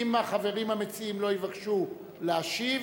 אם החברים המציעים לא יבקשו להשיב,